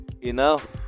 enough